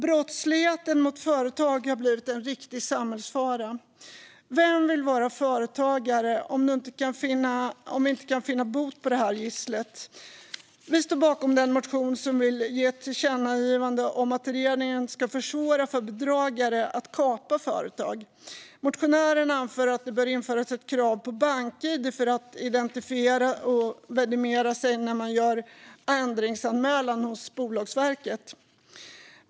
Brottslighet mot företag har blivit en riktig samhällsfara. Vem vill vara företagare om vi inte kan finna bot på detta gissel? Vi står bakom den motion som vill ge ett tillkännagivande om att regeringen ska försvåra för bedragare att kapa företag. Motionären anför att det bör införas ett krav på bank-id för att identifiera och vidimera sig när man gör ändringsanmälan hos Bolagsverket.